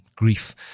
grief